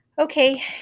Okay